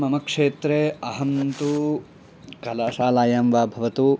मम क्षेत्रे अहं तु कलाशालायां वा भवतु